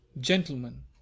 gentlemen